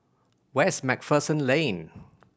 where is Macpherson Lane